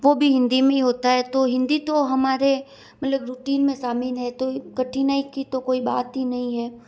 वो भी हिंदी में होता है तो हिंदी तो हमारे मतलब रूटीन में शामिल है तो कठिनाई की तो कोई बात ही नहीं है